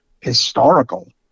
historical